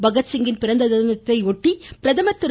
பகத்சிங்கின் பிறந்ததினத்தையொட்டி பிரதமர் திரு